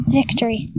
victory